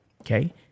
Okay